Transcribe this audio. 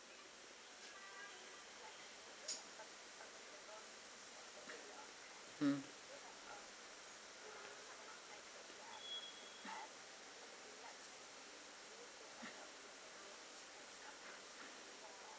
mm